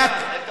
איתן,